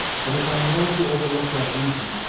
but if i'm willing to overlook that reason,